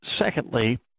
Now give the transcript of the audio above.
Secondly